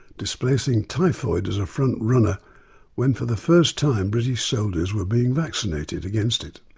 displacing typhoid as a front runner when for the first time british soldiers were being vaccinated against it.